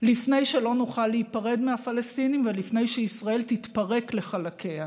לפני שלא נוכל להיפרד מהפלסטינים ולפני שישראל תתפרק לחלקיה.